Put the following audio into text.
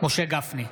משה גפני,